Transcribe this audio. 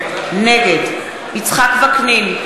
נגד יצחק וקנין,